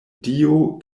dio